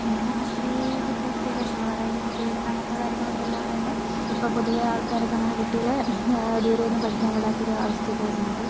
പിന്നേന്നു പറഞ്ഞാൽ സ്ത്രീ കുറ്റകൃത്യ കേസുകൾ അതായതിപ്പോൾ പീഡനം അങ്ങനത്തെ കാര്യങ്ങളൊക്കെ ഇള്ളോണ്ട് തന്നെ ഇപ്പോൾ ആൾക്കരോക്കെ അങ്ങനെ കുട്ടികളെ ദൂരെയൊന്നും പഠിക്കാൻ വിടാത്തൊരു അവസ്ഥയൊക്കെ വരുന്നുണ്ട്